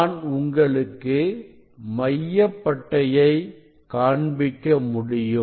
நான் உங்களுக்கு மைய பட்டையை காண்பிக்க முடியும்